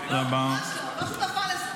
אני לא שותפה לזה.